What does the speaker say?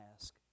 ask